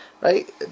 Right